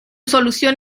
solución